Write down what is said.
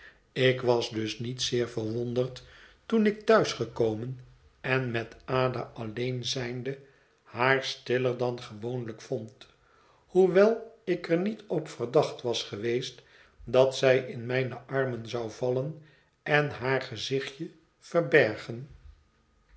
ik was dus niet zeer verwonderd toen ik thuis gekomen en met ada alleen zijnde haar stiller dan gewoonlijk vond hoewel ik er niet op verdacht was geweest dat zij in mijne armen zou vallen en haar gezichtje verbergen